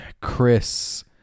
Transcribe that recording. Chris